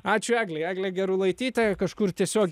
ačiū egle eglė gerulaityte kažkur tiesiogiai